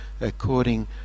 according